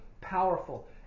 powerful